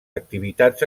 activitats